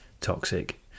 toxic